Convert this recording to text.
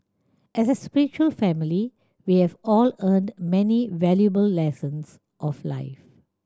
as a spiritual family we have all earned many valuable lessons of life